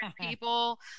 people